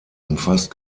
umfasst